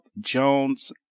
Jones